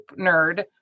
nerd